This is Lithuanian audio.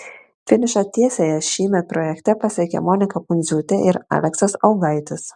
finišo tiesiąją šįmet projekte pasiekė monika pundziūtė ir aleksas augaitis